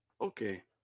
Okay